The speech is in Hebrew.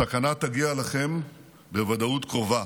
הסכנה תגיע אליכם בוודאות קרובה,